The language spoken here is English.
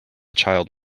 child